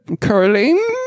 curling